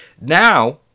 Now